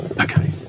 okay